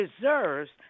deserves